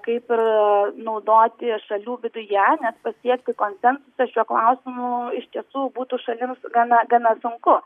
kaip ir naudoti šalių viduje nes pasiekti konsensusą šiuo klausimu iš tiesų būtų šalims gana gana sunku